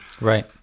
Right